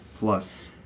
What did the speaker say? Plus